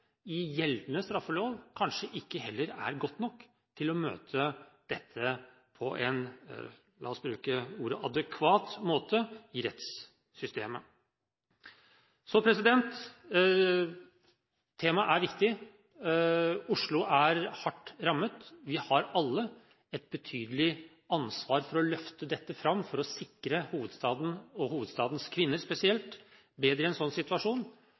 i gjeldende straffelov kanskje ikke heller er godt nok til å møte dette på en – la oss bruke ordet – «adekvat» måte i rettssystemet. Så temaet er viktig. Oslo er hardt rammet. Vi har alle et betydelig ansvar for å løfte dette fram for å sikre hovedstaden, og hovedstadens kvinner spesielt, bedre i en sånn situasjon.